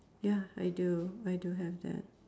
ya I do I do have that